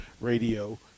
Radio